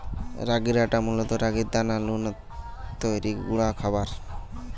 রাগির আটা মূলত রাগির দানা নু তৈরি গুঁড়া খাবার